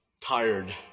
tired